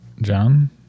John